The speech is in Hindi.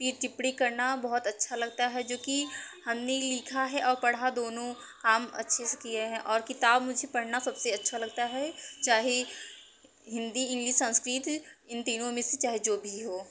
पी चिप्परी करना बहुत अच्छा लगता है जो कि हमने लिखा है और पढ़ा दोनों काम अच्छे से किए हैं और किताब मुझे पढ़ना सबसे अच्छा लगता है चाहे हिंदी इंग्लिश संस्कृत इन तीनों में से चाहे जो भी हो